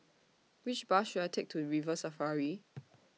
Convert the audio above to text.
Which Bus should I Take to River Safari